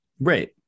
Right